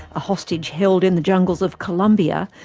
a hostage held in the jungles of colombia,